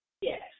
Yes